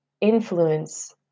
influence